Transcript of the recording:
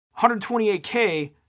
128K